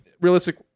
realistic